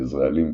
גזרי עלים,